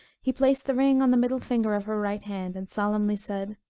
he placed the ring on the middle finger of her right hand, and solemnly said,